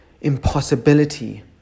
impossibility